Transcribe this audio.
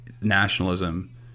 nationalism